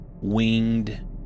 winged